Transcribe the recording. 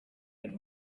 had